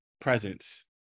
presence